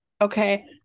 Okay